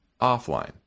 offline